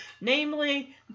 Namely